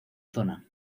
zona